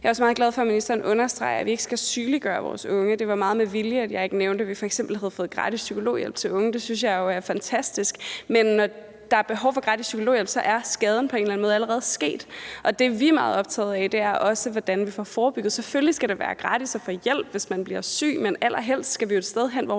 Jeg er også meget glad for, at ministeren understreger, at vi ikke skal sygeliggøre vores unge, og det var meget med vilje, at jeg ikke nævnte, at vi f.eks. havde fået gratis psykologhjælp til unge. Jeg synes jo, det er fantastisk, men når der er behov for gratis psykologhjælp, er skaden på en eller anden måde allerede sket, og det, som vi også er meget optagede af, er, hvordan vi får forebygget. Selvfølgelig skal det være gratis at få hjælp, hvis man bliver syg, men allerhelst skal vi jo et sted hen, hvor